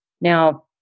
Now